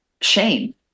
shame